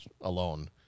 alone